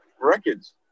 records